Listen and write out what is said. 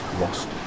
lost